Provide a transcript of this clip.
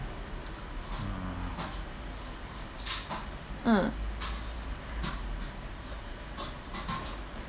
mm